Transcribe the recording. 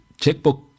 Checkbook